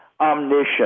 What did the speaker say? omniscient